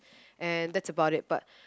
and that's about it but